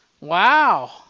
Wow